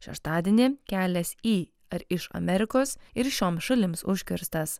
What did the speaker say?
šeštadienį kelias į ar iš amerikos ir šiom šalims užkirstas